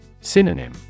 Synonym